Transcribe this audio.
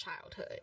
childhood